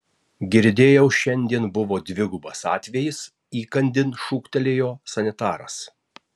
girdėjau šiandien buvo dvigubas atvejis įkandin šūktelėjo sanitaras